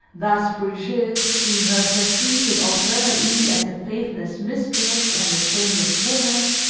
thus, brigitte seeing herself treated alternately, as a faithless mistress and a shameless woman,